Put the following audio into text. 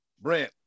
Brent